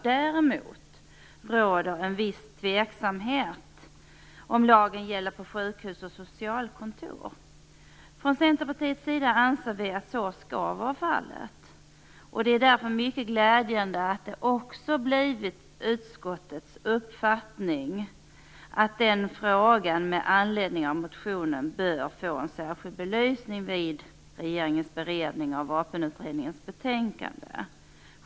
Däremot råder en viss tveksamhet om huruvida lagen gäller på sjukhus och socialkontor. Från Centerpartiets sida anser vi att så skall vara fallet. Det är därför mycket glädjande att detta också blivit utskottets uppfattning. Utskottet anser att den frågan, med anledning av motionen, bör få en särskild belysning vid regeringens beredning av Vapenutredningens betänkande.